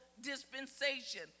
dispensation